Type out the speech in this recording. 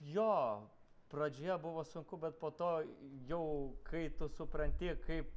jo pradžioje buvo sunku bet po to jau kai tu supranti kaip